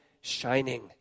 shining